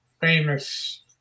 famous